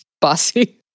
bossy